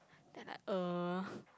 then I uh